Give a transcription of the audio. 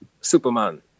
Superman